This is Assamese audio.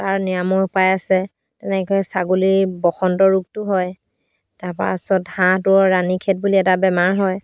তাৰ নিৰাময় উপায় আছে তেনেকৈ ছাগলীৰ বসন্ত ৰোগটো হয় তাৰপাছত হাঁহটোৰ ৰাণী খেট বুলি এটা বেমাৰ হয়